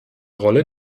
rolle